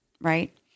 Right